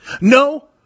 No